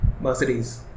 Mercedes